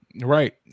right